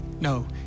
No